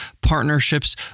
partnerships